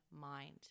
mind